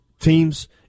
teams